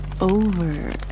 over